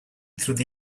through